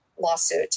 lawsuit